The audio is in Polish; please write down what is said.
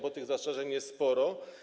Bo tych zastrzeżeń jest sporo.